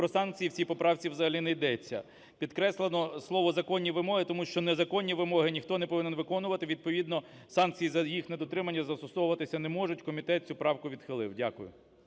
про санкції в цій поправці взагалі не йдеться. Підкреслено слово "законні вимоги", тому що незаконні вимоги ніхто не повинен виконувати, відповідно, санкції за їх недотримання застосовуватися не можуть. Комітет цю правку відхилив. Дякую.